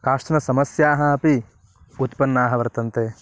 काश्चन समस्याः अपि उत्पन्नाः वर्तन्ते